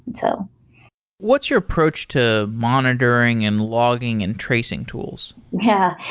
so what's your approach to monitoring and logging and tracing tools? yeah.